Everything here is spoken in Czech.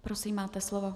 Prosím, máte slovo.